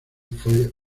fue